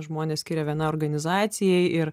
žmonės skiria vienai organizacijai ir